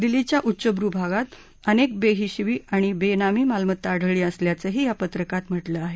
दिल्लीच्या उच्चध्रू भागात अनेक बेहिशेबी आणि बेनामी मालमत्ता आढळली असल्याचंही या पत्रकात म्हटलं आहे